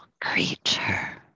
creature